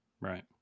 Right